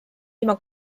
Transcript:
ilma